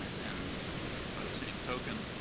and by the same token,